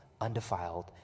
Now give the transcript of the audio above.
undefiled